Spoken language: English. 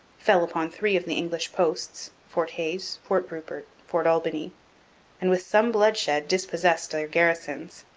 fell upon three of the english posts fort hayes, fort rupert, fort albany and with some bloodshed dispossessed their garrisons.